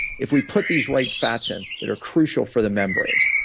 if we put these right fats in that are crucial for the membranes,